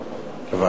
לוועדה.